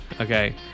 Okay